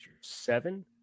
Seven